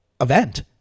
event